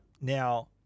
Now